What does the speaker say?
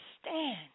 stand